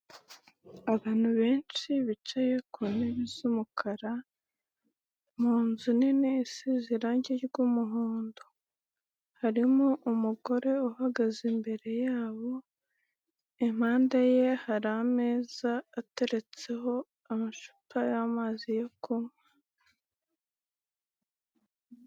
Abantu benshi bicaye ku ntebe z'umukara mu nzu nini isize irange ry'umuhondo. Harimo umugore uhagaze imbere yabo impanda ye hari ameza ateretseho amacupa y'amazi yo kunywa.